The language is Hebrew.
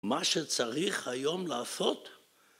מה שצריך היום לעשות